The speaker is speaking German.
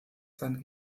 sein